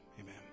amen